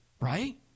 right